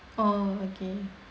oh okay